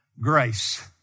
Grace